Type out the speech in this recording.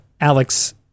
Alex